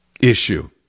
issue